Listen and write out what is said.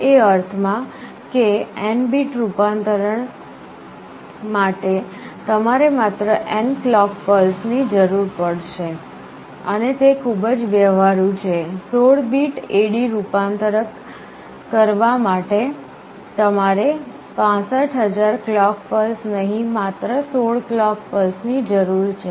એ અર્થમાં કે N bit રૂપાંતરણ માટે તમારે માત્ર n ક્લોક પલ્સ ની જરૂર પડશે અને તે ખૂબ જ વ્યવહારુ છે 16 બીટ AD રૂપાંતરક માટે તમારે 65000 ક્લોક પલ્સ નહીં માત્ર 16 ક્લોક પલ્સ ની જરૂર છે